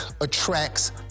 attracts